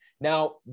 Now